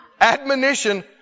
Admonition